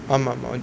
ஆமா:aamaa